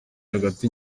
hagati